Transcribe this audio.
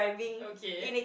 okay